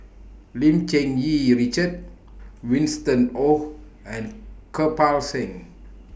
Lim Cherng Yih Richard Winston Oh and Kirpal Singh